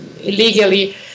illegally